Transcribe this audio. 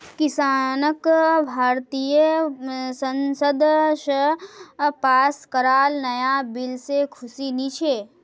किसानक भारतीय संसद स पास कराल नाया बिल से खुशी नी छे